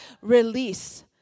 Release